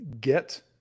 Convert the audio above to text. get